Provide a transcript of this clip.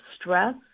stress